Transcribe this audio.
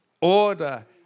order